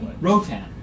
Rotan